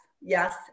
yes